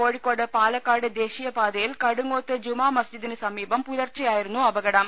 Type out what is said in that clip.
കോഴിക്കോട് പാലക്കാട് ദേശീയപാതയിൽ കടുങ്ങൂത്ത് ജുമാമസ്ജി ദിന് സമീപം പുലർച്ചെയായിരുന്നു അപകടം